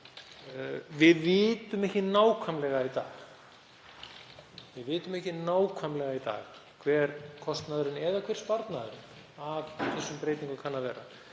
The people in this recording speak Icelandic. að minna á að við vitum ekki nákvæmlega í dag hver kostnaðurinn eða hver sparnaðurinn af þessum breytingum kann að verða.